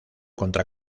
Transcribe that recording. contra